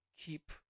keep